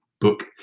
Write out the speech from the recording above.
book